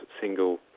single